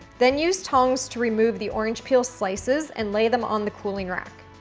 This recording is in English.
then use tongs to remove the orange peel slices and lay them on the cooling rack.